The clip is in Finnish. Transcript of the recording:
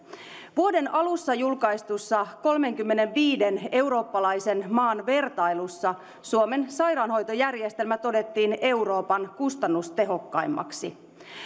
vuoden alussa julkaistussa kolmenkymmenenviiden eurooppalaisen maan vertailussa suomen sairaanhoitojärjestelmä todettiin euroopan kustannustehokkaimmaksi